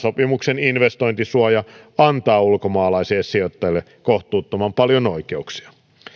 sopimuksen investointisuoja antaa ulkomaalaisille sijoittajille kohtuuttoman paljon oikeuksia